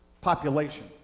population